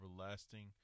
everlasting